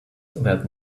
that